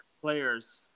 players –